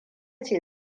ce